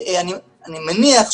אני מניח,